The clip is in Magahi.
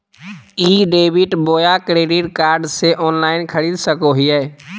ई डेबिट बोया क्रेडिट कार्ड से ऑनलाइन खरीद सको हिए?